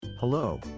Hello